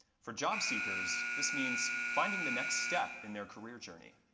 for job seekers, this means finding the next step in their career journey.